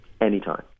Anytime